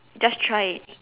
just try